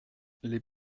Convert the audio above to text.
les